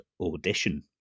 Audition